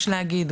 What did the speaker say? יש להגיד,